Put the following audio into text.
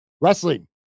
Wrestling